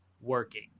working